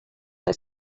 kaj